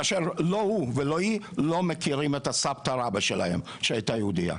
כאשר לא הוא ולא היא לא מכירים את הסבתא רבא שלהם שהייתה יהודייה.